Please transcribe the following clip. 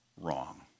wrong